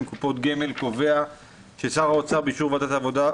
(קופות גמל) קובע ששר האוצר באישור ועדת העבודה,